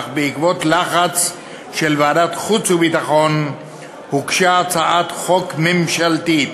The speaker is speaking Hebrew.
אך בעקבות לחץ של ועדת החוץ והביטחון הוגשה הצעת חוק ממשלתית,